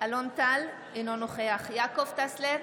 אלון טל, אינו נוכח יעקב טסלר,